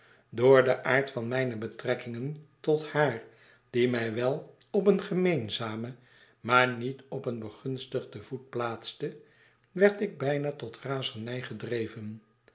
door den aard van mijne betrekking tot haar die mij wel op een gemeenzamen maar niet op een begunstigden voet plaatste werd ik bijna tot razernij gedreven